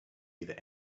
either